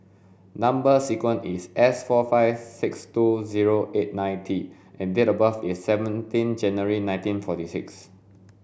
number sequence is S four five six two zero eight nine T and date of birth is seventeen January nineteen forty six